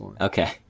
okay